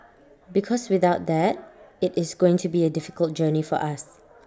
because without that IT is going to be A difficult journey for us